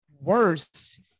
worse